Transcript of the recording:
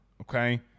Okay